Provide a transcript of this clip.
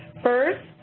first,